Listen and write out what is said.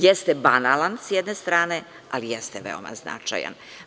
Jeste banalan s jedne strane, ali jeste veoma značajan.